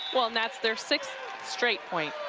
well, and that's their sixth straight point.